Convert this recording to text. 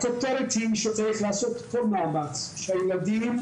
הכותרת היא שצריך לעשות כל מאמץ שהילדים